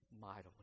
mightily